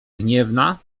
gniewna